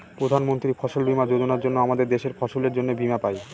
প্রধান মন্ত্রী ফসল বীমা যোজনার জন্য আমাদের দেশের ফসলের জন্যে বীমা পাই